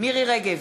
מירי רגב,